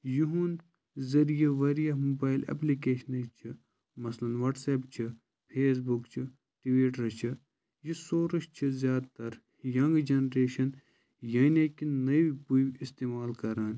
یِہُنٛد ذٔریعہِ واریاہ موبایِل اٮ۪پلِکیشنٕچ چھِ مثلاً وَٹسایپ چھِ فیس بُک چھُ ٹویٖٹر چھِ یہِ سورٕس چھِ زیادٕ تَر یَنٛگ جَنریشَن یعنی کہِ نٔو بُے اِستعمال کَران